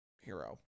hero